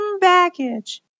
baggage